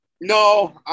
No